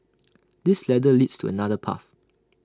this ladder leads to another path